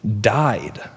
died